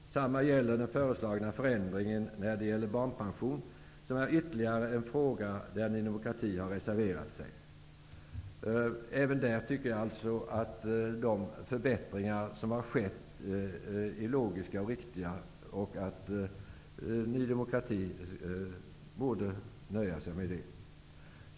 Detsamma gäller den föreslagna förändringen när det gäller barnpension, som är ytterligare en fråga där Ny demokrati har reserverat sig. Även där tycker jag alltså att de förbättringar som har skett är logiska och att Ny demokrati borde nöja sig med det.